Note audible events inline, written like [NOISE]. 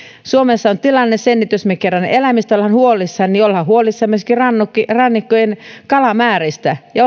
suomessa on tilanne se että jos me kerran eläimistä olemme huolissamme niin olemme huolissamme myöskin rannikkojen kalamääristä ja [UNINTELLIGIBLE]